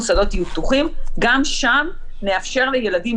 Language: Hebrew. מוסדות יהיו פתוחים גם שם נאפשר לילדים